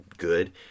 good